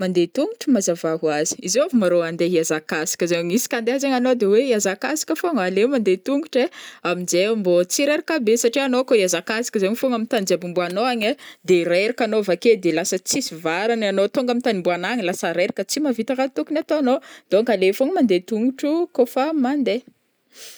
Mandeha tongotro mazava hoazy, izôvy marô andeha iazakazaka zegny iska andeha zagny anô de oe iazakazaka fôgna? Aleo mande tongôhatra ai, aminjay mbô tsy reraka be satria anô kô hiazakazaka zegny fogna ami tany jiaby hombanô ani ai, de reraka anô avake de lasa tsisy varany anô tonga ami tany ombanao agny lasa reraka tsy mahavita ra tokony ataonô. Donc aleo fôgna mande tongotro kô fa mandeha.